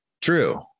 True